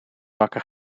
wakker